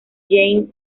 jaime